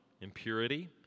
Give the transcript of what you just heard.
impurity